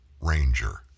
Ranger